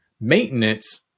Maintenance